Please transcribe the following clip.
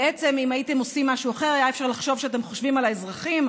בעצם אם הייתם עושים משהו אחר היה אפשר לחשוב שאתם חושבים על האזרחים,